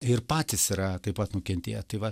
ir patys yra taip pat nukentėję tai va